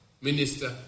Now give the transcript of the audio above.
minister